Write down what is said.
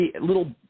little